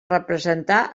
representar